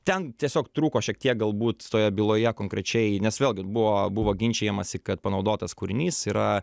ten tiesiog trūko šiek tiek galbūt toje byloje konkrečiai nes vėlgi buvo buvo ginčijamasi kad panaudotas kūrinys yra